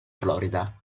florida